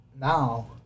now